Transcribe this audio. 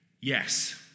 Yes